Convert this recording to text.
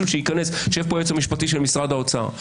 יושב כאן היועץ המשפטי של משרד האוצר.